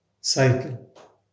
cycle